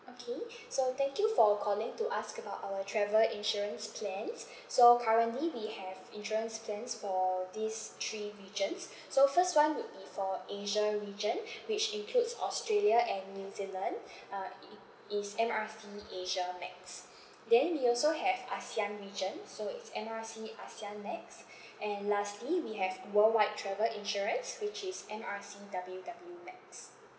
okay so thank you for calling to ask about our travel insurance plans so currently we have insurance plans for these three regions so first one would be for asia region which includes australia and new zealand uh i~ it is M R C asia max then we also have ASEAN region so it's M R C ASEAN max and lastly we have worldwide travel insurance which is M R I C W W max